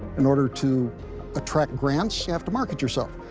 in order to attract grants, you have to market yourself.